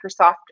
Microsoft